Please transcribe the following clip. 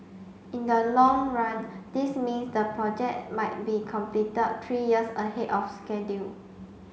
in the long run this means the project might be completed three years ahead of schedule